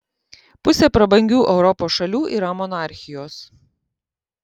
pusė prabangių europos šalių yra monarchijos